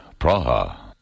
Praha